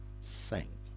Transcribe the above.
sing